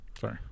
Sorry